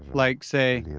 like, say,